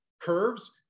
curves